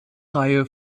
reihe